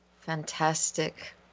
fantastic